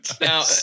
now